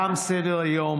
תם סדר-היום.